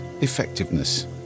effectiveness